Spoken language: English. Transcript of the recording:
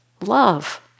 love